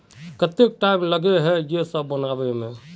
केते टाइम लगे है ये सब बनावे में?